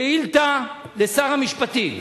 זאת שאילתא לשר המשפטים.